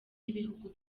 y’ibihugu